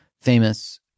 famous